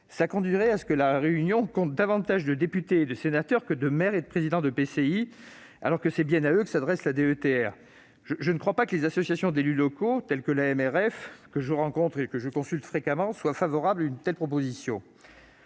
souvent à ce que la réunion compte davantage de députés et de sénateurs que de maires et de présidents d'EPCI, alors que c'est bien à eux que s'adresse la DETR. Je ne crois pas que les associations d'élus locaux, telles que l'Association des maires ruraux de France, l'AMRF, que je rencontre et consulte fréquemment, soient favorables à une telle proposition